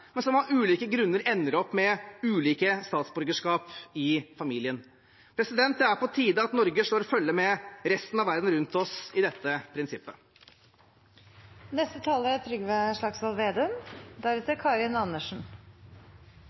men som av ulike grunner ender opp med ulike statsborgerskap i familien. Det er på tide at Norge slår følge med resten av verden rundt seg i dette prinsippet. Statsborgerskapet er